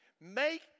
Make